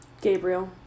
Gabriel